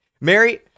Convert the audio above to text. Mary